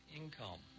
income